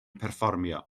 perfformio